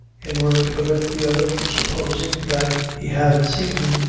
in order to prevent the other from supposing that he had seen him,